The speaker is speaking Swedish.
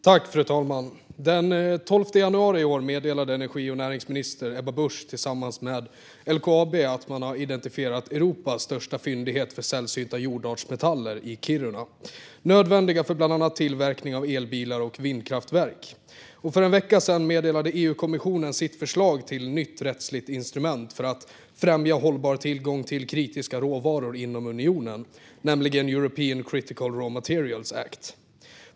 Fru talman! Den 12 januari i år meddelade energi och näringsminister Ebba Busch tillsammans med LKAB att man identifierat Europas största fyndighet av sällsynta jordartsmetaller i Kiruna. De är nödvändiga för bland annat tillverkning av elbilar och vindkraftverk. För en vecka sedan meddelade EU-kommissionen sitt förslag till nytt rättsligt instrument för att främja hållbar tillgång till kritiska råvaror inom unionen, nämligen European Critical Raw Materials Act.